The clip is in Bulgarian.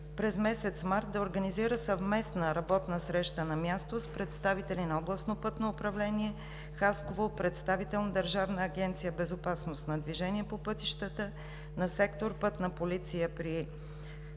през месец март да организира съвместна работна среща на място с представители на Областно пътно управление – Хасково, представител на Държавна агенция „Безопасност на движение по пътищата“, на сектор „Пътна полиция“ при Областна